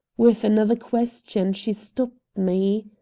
with another question she stopped me.